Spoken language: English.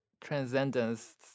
transcendence